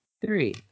three